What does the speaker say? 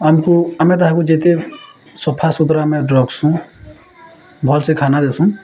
ଆମକୁ ଆମେ ତାହାକୁ ଯେତେ ସଫାସୁତୁରା ଆମେ ରଖ୍ସୁଁ ଭଲ୍ସେ ଖାନା ଦେସୁଁ